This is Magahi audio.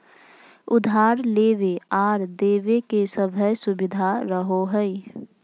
उधार लेबे आर देबे के सभै सुबिधा रहो हइ